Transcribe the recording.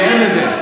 אני ער לזה.